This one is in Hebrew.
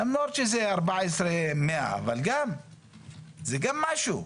למרות שזה 14,100, אבל זה גם משהו.